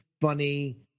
funny